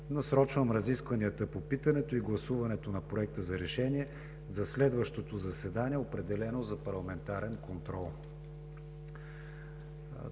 насрочвам разискванията по питането и гласуването на Проекта за решение за следващото заседание, определено за парламентарен контрол.